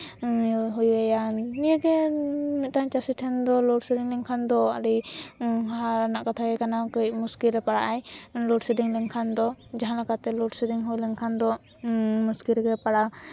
ᱦᱩᱭ ᱟᱭᱟ ᱱᱤᱭᱟᱹᱜᱮ ᱤᱧ ᱢᱤᱫᱴᱟᱱ ᱪᱟᱹᱥᱤ ᱴᱷᱮᱱ ᱫᱚ ᱞᱳᱰ ᱥᱮᱰᱤᱝ ᱞᱮᱱᱠᱷᱟᱱ ᱫᱚ ᱟᱹᱰᱤ ᱦᱟᱦᱟᱲᱟᱜ ᱨᱮᱱᱟᱜ ᱠᱟᱛᱷᱟ ᱜᱮ ᱠᱟᱱᱟ ᱠᱟᱹᱡ ᱢᱩᱥᱠᱤᱞ ᱨᱮ ᱯᱟᱲᱟᱜ ᱟᱭ ᱞᱳᱰ ᱥᱮᱰᱤᱝ ᱞᱮᱱᱠᱷᱟᱱ ᱫᱚ ᱡᱟᱦᱟᱸ ᱞᱮᱠᱟᱛᱮ ᱞᱳᱰ ᱥᱤᱰᱤᱝ ᱦᱳᱭ ᱞᱮᱱᱠᱷᱟᱱ ᱫᱚ ᱢᱩᱥᱠᱤᱞ ᱨᱮᱜᱮ ᱯᱟᱲᱟᱜᱼᱟ